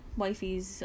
wifey's